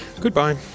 Goodbye